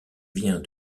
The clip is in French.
viens